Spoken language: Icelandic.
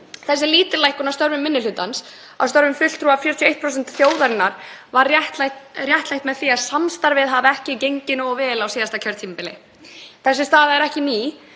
Þessi lítillækkun á störfum minni hlutans, á störfum fulltrúa 41% þjóðarinnar, var réttlætt með því að samstarfið hefði ekki gengið nógu vel á síðasta kjörtímabili. Þessi staða er ekki ný,